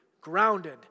grounded